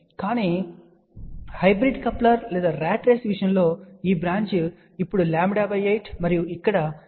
కానీ hybrid coupler లేదా rat race విషయంలో ఈ బ్రాంచ్ ఇప్పుడు λ8 మరియు ఇక్కడ ఈ బ్రాంచ్ 3 λ8